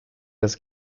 das